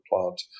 plant